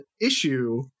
issue